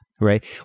Right